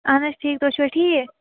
اہن حظ ٹھیٖک تُہۍ چھُوا ٹھیٖک